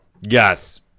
Yes